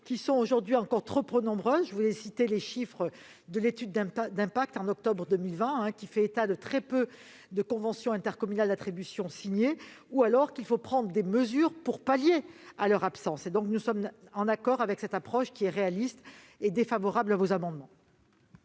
qui sont encore trop peu nombreuses. J'ai cité les chiffres de l'étude d'impact d'octobre 2020, qui fait état de très peu de conventions intercommunales d'attribution signées. Il faut prendre des mesures pour pallier leur absence. Nous sommes en accord avec cette approche réaliste et donc défavorables à ces amendements.